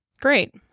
Great